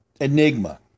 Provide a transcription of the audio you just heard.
Enigma